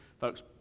folks